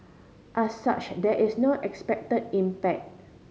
as such there is no expected impact